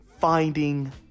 finding